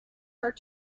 her